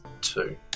two